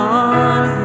on